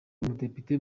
umudepite